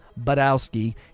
Badowski